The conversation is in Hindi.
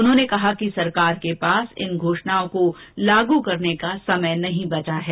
उन्होंने कहा कि सरकार के पास इन घोषणाओं को लागू करने का समय नहीं बचा है